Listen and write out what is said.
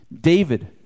David